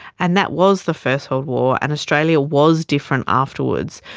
and that was the first world war and australia was different afterwards.